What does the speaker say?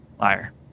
Liar